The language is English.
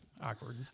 Awkward